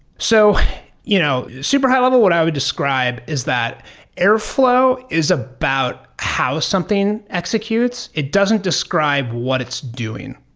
so you know super high-level, what i would describe is that airflow is about how something executes. it doesn't describe what it's doing,